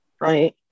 Right